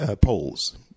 polls